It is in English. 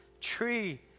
tree